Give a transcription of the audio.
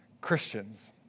Christians